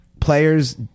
players